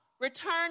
Return